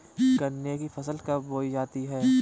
गन्ने की फसल कब बोई जाती है?